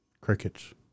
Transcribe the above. Crickets